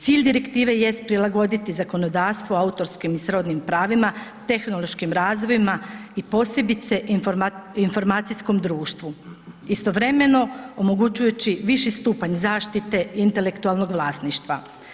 Cilj direktive jest prilagoditi zakonodavstvo autorskim i srodnim pravima, tehnološkim razvojima i posebice informacijskom društvu istovremeno omogućujući viši stupanj zaštite intelektualnog vlasništva.